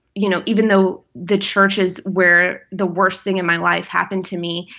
you know, even though the church is where the worst thing in my life happened to me,